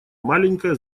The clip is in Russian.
маленькая